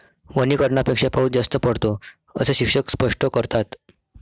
वनीकरणापेक्षा पाऊस जास्त पडतो, असे शिक्षक स्पष्ट करतात